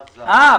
עזה -- אה,